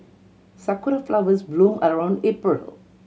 sakura flowers bloom around April